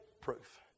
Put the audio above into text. proof